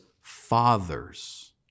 fathers